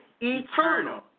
eternal